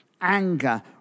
Anger